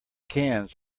cans